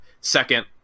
second